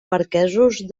marquesos